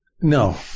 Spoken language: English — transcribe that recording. No